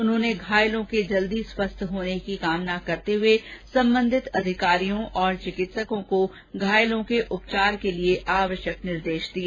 उन्होंने घायलों के जल्दी स्वस्थ होने की कामना करते हुए सम्बन्धित अधिकारियों और चिकित्सकों को घायलों के उपचार के लिए आवश्यक निदेश दिए